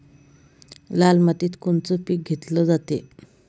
लाल मातीत कोनचं पीक घेतलं जाते?